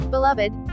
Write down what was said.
Beloved